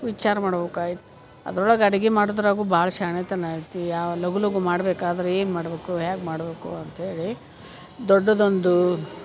ವಿಚಾರ ಮಾಡ್ಬೇಕಾಯ್ ಅದರೊಳಗ ಅಡ್ಗಿ ಮಾಡೋದ್ರಾಗು ಭಾಳ ಶಾಣೆತನ ಐತಿ ಲಘು ಲಘು ಮಾಡ್ಬೇಕಾದ್ರೆ ಏನು ಮಾಡಬೇಕು ಹ್ಯಾಗೆ ಮಾಡಬೇಕು ಅಂತ್ಹೇಳಿ ದೊಡ್ಡದೊಂದು